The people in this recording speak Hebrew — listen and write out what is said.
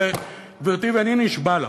גברתי, אני נשבע לך,